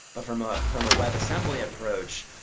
but from ah from a web assembly approach,